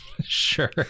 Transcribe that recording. Sure